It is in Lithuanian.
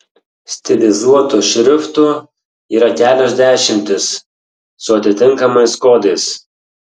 stilizuotų šriftų yra kelios dešimtys su atitinkamais kodais